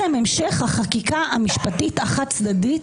המשך החקיקה המשפטית החד-צדדית,